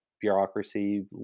bureaucracy